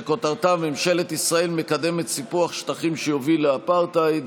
שכותרתה: ממשלת ישראל מקדמת סיפוח שטחים שיוביל לאפרטהייד,